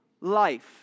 life